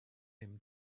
him